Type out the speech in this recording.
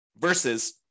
versus